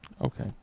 Okay